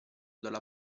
dalla